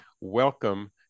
welcome